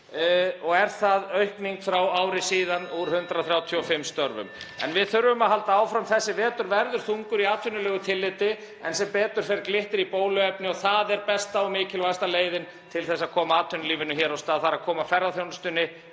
og er það aukning frá því fyrir ári, úr 135 störfum. En við þurfum að halda áfram. Þessi vetur verður þungur í atvinnulegu tilliti en sem betur fer glittir í bóluefni og besta og mikilvægasta leiðin til að koma atvinnulífinu af stað er að koma ferðaþjónustunni